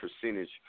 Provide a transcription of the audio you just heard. percentage